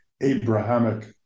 Abrahamic